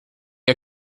are